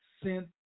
sent